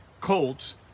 Colts